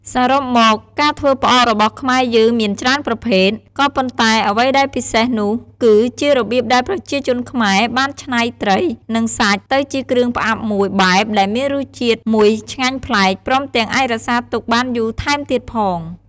សរុបមក ការធ្វើផ្អករបស់ខ្មែរយើងមានច្រើនប្រភេទ ក៏ប៉ុន្តែអ្វីដែលពិសេសនោះគឺជារបៀបដែលប្រជាជនខ្មែរបានច្នៃត្រី និងសាច់ទៅជាគ្រឿងផ្អាប់មួយបែបដែលមានរសជាតិមួយឆ្ងាញ់ប្លែក ព្រមទាំងអាចរក្សាទុកបានយូរថែមទៀតផង។